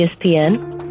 ESPN